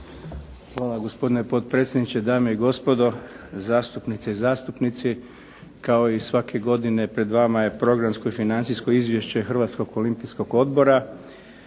Hvala vam potpredsjedniče. Dame i gospodo, zastupnice i zastupnici. Kao i svake godine pred vama je Programsko i financijsko izvješće Hrvatskog olimpijskog odbora.